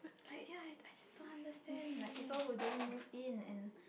like ya I I just don't understand like people who don't move in and